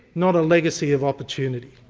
not a legacy of opportunity.